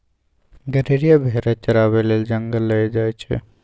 गरेरिया भेरा चराबै लेल जंगल लए जाइ छै